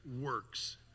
works